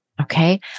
okay